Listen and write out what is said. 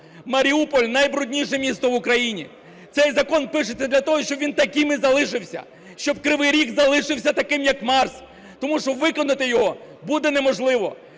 Маріуполь – найбрудніше місто в Україні. Цей закон пишеться для того, щоб він таким і залишився, щоб Кривий Ріг залишився таким, як Марс. Тому що виконати його буде неможливо.